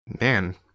man